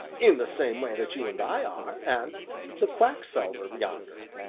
in the same way that you and i are, and the quack-salver yonder.